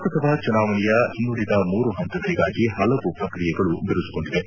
ಲೋಕಸಭಾ ಚುನಾವಣೆಯ ಇನ್ನುಳಿದ ಮೂರು ಹಂತಗಳಿಗಾಗಿ ಹಲವು ಪ್ರಕ್ರಿಯೆಗಳು ಬಿರುಸುಗೊಂಡಿವೆ